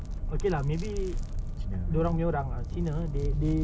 you see a the bee hoon how thick already bee hoon is not supposed to be this thick